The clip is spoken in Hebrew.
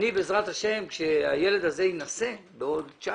אני בעזרת השם כשהילד הזה יינשא בעוד 19,